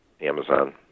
Amazon